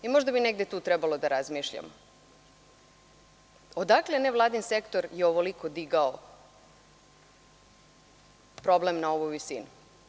Možda bi tu negde i trebalo da razmišljamo, odakle nevladin sektor je ovoliko digao problem na ovu visinu.